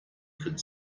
could